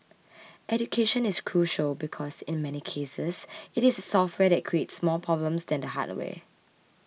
education is crucial because in many cases it is the software that creates more problems than the hardware